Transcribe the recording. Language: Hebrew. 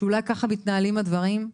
שאולי ככה מתנהלים הדברים.